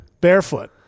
Barefoot